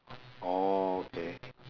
orh okay